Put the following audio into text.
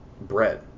bread